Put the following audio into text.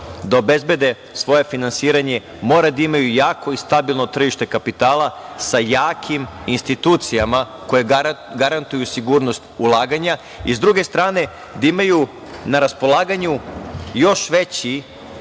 da obezbede svoje finansiranje moraju da imaju jako i stabilno tržište kapitala, sa jakim institucijama koje garantuju sigurnost ulaganja i s druge strane, da imaju na raspolaganju još veći